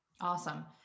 Awesome